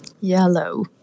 Yellow